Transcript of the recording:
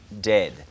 dead